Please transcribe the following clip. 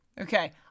Okay